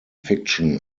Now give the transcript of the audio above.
fiction